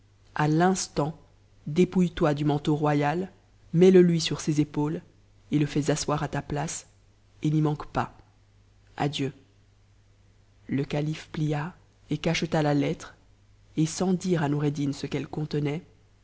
à l'instant dépouilletoi du manteau royal mets le lui sur ses épaules et le fais asseoir à ta place et n'y manque pas adieu le calife plia et cacheta la lettre et sans dire à noureddin ce qu'elle contenait